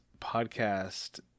podcast